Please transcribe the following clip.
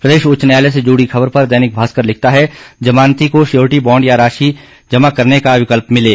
प्रदेश उच्च न्यायालय से जुड़ी खबर पर दैनिक भास्कर लिखता है जमानती को श्योरिटी बांड या राशि जमा करने का विकल्प मिले